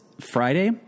Friday